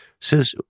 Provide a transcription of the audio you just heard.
says